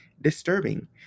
disturbing